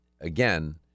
again